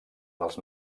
dels